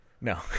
No